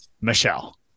Michelle